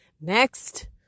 Next